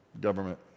Government